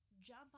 Jump